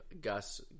Gus